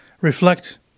reflect